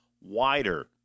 wider